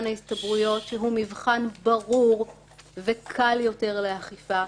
ההסתברויות שהוא מבחן ברור וקל יותר לאכיפה,